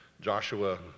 Joshua